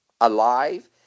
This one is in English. alive